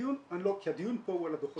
הדיון פה הוא על הדוחות הכספיים.